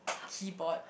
keyboard